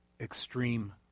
extreme